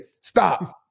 stop